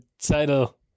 title